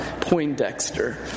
Poindexter